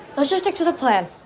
let's just stick to the plan.